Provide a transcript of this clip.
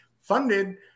Funded